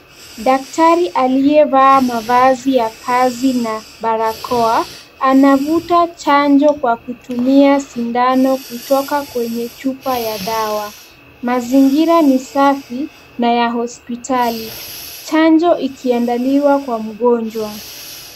Daktari aliyevaa mavazi ya kazi na barakoa anavuta chanjo kwa kutumia sindano kutoka kwenye chupa ya dawa. Mazingira ni safi na ya hospitali chanjo ikiandaliwa kwa mgonjwa.